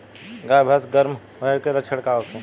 गाय भैंस गर्म होय के लक्षण का होखे?